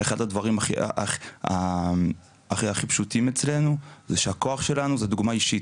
אחד הדברים הכי הכי פשוטים אצלנו זה שהכוח שלנו זו דוגמה אישית.